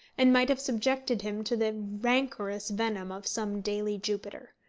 and might have subjected him to the rancorous venom of some daily jupiter,